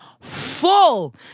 full